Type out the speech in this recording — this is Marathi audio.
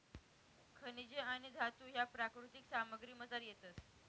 खनिजे आणि धातू ह्या प्राकृतिक सामग्रीमझार येतस